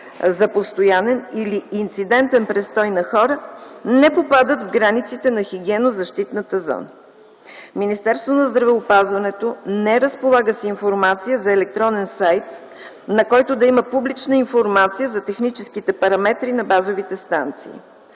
за постоянен или инцидентен престой на хора не попадат в границите на хигиенно-защитната зона. Министерството на здравеопазването не разполага с информация за електронен сайт, на който да има публична информация за техническите параметри на базовите станции.